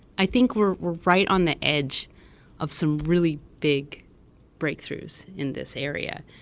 i think we're we're right on the edge of some really big breakthroughs in this area,